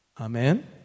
Amen